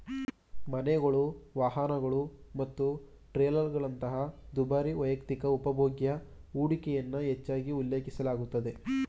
ಮನೆಗಳು, ವಾಹನಗಳು ಮತ್ತು ಟ್ರೇಲರ್ಗಳಂತಹ ದುಬಾರಿ ವೈಯಕ್ತಿಕ ಉಪಭೋಗ್ಯ ಹೂಡಿಕೆಯನ್ನ ಹೆಚ್ಚಾಗಿ ಉಲ್ಲೇಖಿಸಲಾಗುತ್ತೆ